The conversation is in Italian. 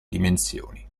dimensioni